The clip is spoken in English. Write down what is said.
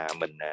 mình